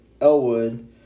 elwood